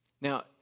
Now